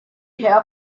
herr